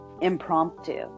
impromptu